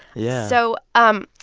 yeah so um